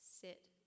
Sit